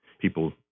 People